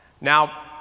Now